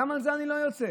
למה על זה אני לא יוצא?